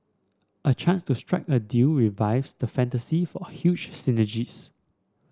a chance to strike a deal revives the fantasy for huge synergies